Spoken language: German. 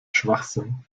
schwachsinn